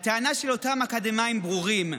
הטענה של אותם אקדמאים בורים,